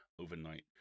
overnight